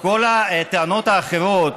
כל הטענות האחרות,